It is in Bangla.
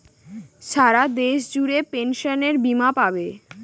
সারা দেশ জুড়ে পেনসনের বীমা পাবে